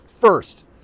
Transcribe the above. First